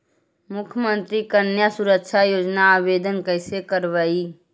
मुख्यमंत्री कन्या सुरक्षा योजना के आवेदन कैसे करबइ?